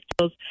skills